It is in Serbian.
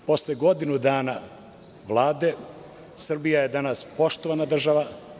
Posle godinu dana Vlade, Srbija je danas poštovana država.